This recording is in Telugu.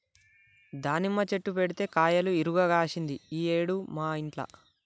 దానిమ్మ చెట్టు పెడితే కాయలు ఇరుగ కాశింది ఈ ఏడు మా ఇంట్ల